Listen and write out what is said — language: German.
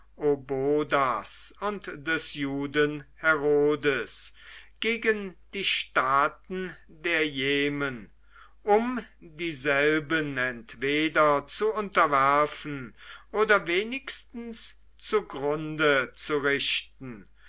und des juden herodes gegen die staaten der jemen um dieselben entweder zu unterwerfen oder wenigstens zugrunde zu richten